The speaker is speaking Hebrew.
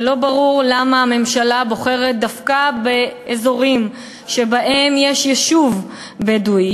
ולא ברור למה הממשלה בוחרת דווקא באזורים שבהם יש יישוב בדואי,